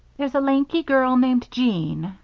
there's a lanky girl named jean,